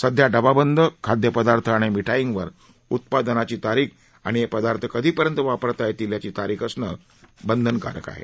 सध्या हवाबंद केलेल्या खाद्यपदार्थ आणि मिठाईवर उत्पादनाची तारीख आणि हे पदार्थ कधीपर्यंत वापरता येतील याची तारीख असणे बंधनकारक आहे